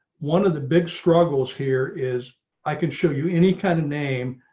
one of the big struggles here is i can show you any kind of name.